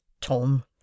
Tom